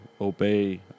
obey